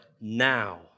now